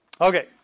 Okay